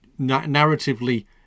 narratively